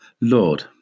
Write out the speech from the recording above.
Lord